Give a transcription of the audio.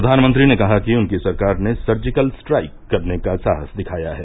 प्रधानमंत्री ने कहा कि उनकी सरकार ने सर्जिकल स्ट्राइक करने का साहस दिखाया है